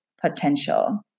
potential